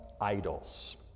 idols